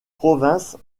province